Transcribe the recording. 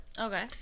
Okay